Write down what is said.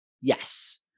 Yes